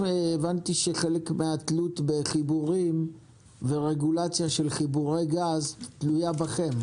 הבנתי שחלק מהתלות בחיבורים ורגולציה של חיבורי גז תלויה בכם.